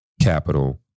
capital